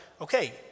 okay